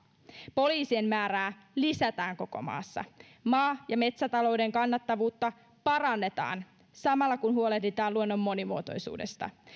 poliisien määrää lisätään koko maassa maa ja metsätalouden kannattavuutta parannetaan samalla kun huolehditaan luonnon monimuotoisuudesta